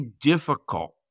Difficult